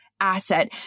asset